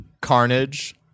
Carnage